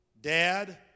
Dad